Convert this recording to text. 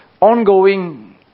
ongoing